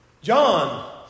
John